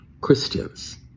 Christians